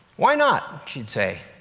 why not, she'd say,